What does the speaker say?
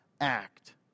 act